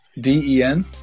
D-E-N